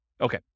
Okay